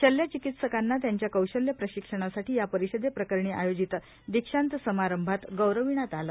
शल्य चिकित्सकांना त्यांच्या कौशल्य प्रशिक्षणासाठी या परिषदे प्रकरणी आयोजित दीक्षांत समारंभात गौरविष्यात आलं